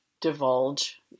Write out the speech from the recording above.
divulge